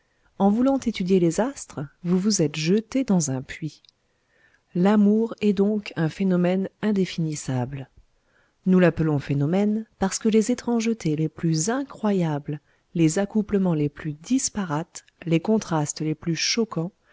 en voulant étudier les astres vous vous êtes jeté dans un puits l'amour est donc un phénomène indéfinissable nous l'appelons phénomène parce que les étrangetés les plus incroyables les accouplements les plus disparates les contrastes les plus choquants